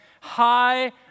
high